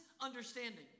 understanding